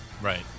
Right